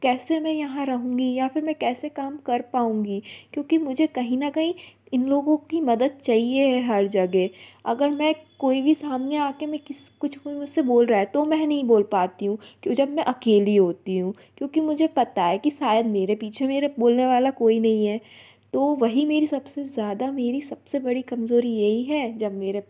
कैसे मैं यहाँ रहूँगी या फिर मैं कैसे काम कर पाऊँगी क्योंकि मुझे कहीं ना कहीं इन लोगों की मदद चाहिए हर जगह अगर मैं कोई भी सामने आ के में किस कुछ कोई मुझ से बोल रहा है तो मैं नहीं बोल पाती हूँ क्यों जब मैं अकेली होती हूँ क्योंकि मुझे पता है कि शायद मेरे पीछे मेरे बोलने वाला कोई नहीं है तो वही मेरी सब से ज़्यादा मेरी सब से बड़ी कमज़ोरी यही है जब मेरे